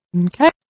Okay